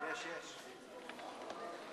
אנחנו